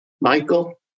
Michael